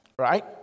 Right